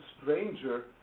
stranger